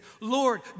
Lord